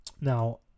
now